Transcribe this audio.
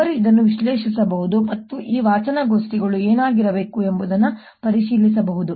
ಒಬ್ಬರು ಇದನ್ನು ವಿಶ್ಲೇಷಿಸಬಹುದು ಮತ್ತು ಈ ವಾಚನಗೋಷ್ಠಿಗಳು ಏನಾಗಿರಬೇಕು ಎಂಬುದನ್ನು ಪರಿಶೀಲಿಸಬಹುದು